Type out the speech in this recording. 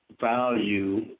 value